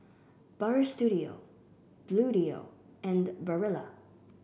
Butter Studio Bluedio and Barilla